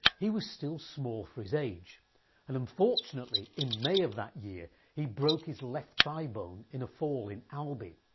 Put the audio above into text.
he was still small for his age and unfortunately in may of that year he broke his left thigh bone in a fall in albi.